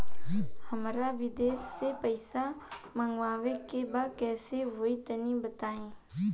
हमरा विदेश से पईसा मंगावे के बा कइसे होई तनि बताई?